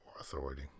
authority